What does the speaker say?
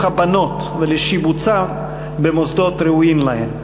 הבנות ולשיבוצן במוסדות ראויים להן,